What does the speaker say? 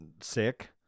sick